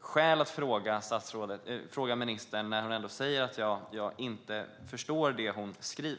skäl att ställa en fråga till ministern när hon säger att jag inte förstår det hon skriver.